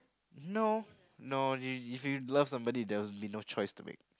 no no if if you love somebody there would be no choice to make